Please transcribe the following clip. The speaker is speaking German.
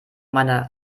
meiner